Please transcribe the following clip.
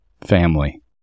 Family